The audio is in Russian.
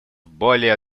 более